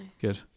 good